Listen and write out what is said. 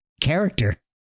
character